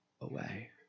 away